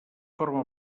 forma